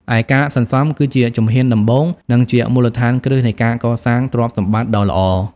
ឯការសន្សំ គឺជាជំហានដំបូង និងជាមូលដ្ឋានគ្រឹះនៃការកសាងទ្រព្យសម្បត្តិដ៏ល្អ។